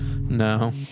No